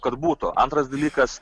kad būtų antras dalykas